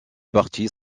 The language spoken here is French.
parti